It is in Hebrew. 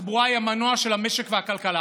התחבורה היא המנוע של המשק והכלכלה,